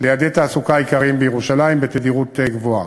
ליעדי תעסוקה עיקריים בירושלים בתדירות גבוהה.